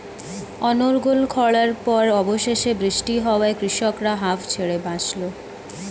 অনর্গল খড়ার পর অবশেষে বৃষ্টি হওয়ায় কৃষকরা হাঁফ ছেড়ে বাঁচল